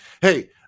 Hey